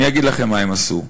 אגיד לכם מה הם עשו: